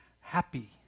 happy